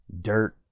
dirt